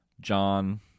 John